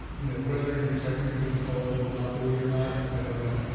you know, whether you technically can call it a monopoly or not, i don't know.